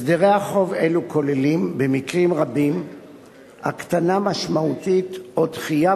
הסדרי חוב אלו כוללים במקרים רבים הקטנה משמעותית או דחייה